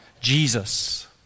Jesus